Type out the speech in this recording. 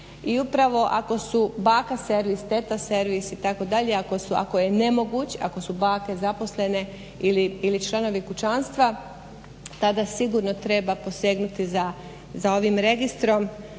i upravo ako su baka servis i teta servis ako je nemoguć, ako su bake zaposlene ili članovi kućanstva, tada sigurno treba posegnuti za ovim registrom.